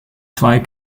zwei